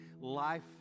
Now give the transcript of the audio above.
life